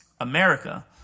America